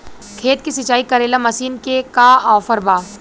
खेत के सिंचाई करेला मशीन के का ऑफर बा?